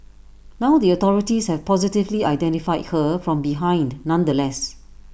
now the authorities have positively identified her from behind nonetheless